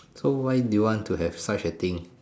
so why do you want to have such a thing